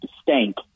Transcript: stank